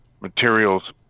materials